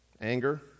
Anger